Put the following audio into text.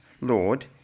Lord